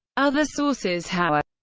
other sources, however,